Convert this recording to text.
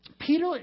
Peter